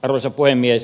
arvoisa puhemies